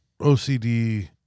OCD